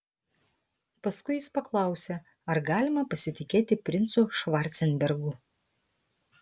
paskui jis paklausė ar galima pasitikėti princu švarcenbergu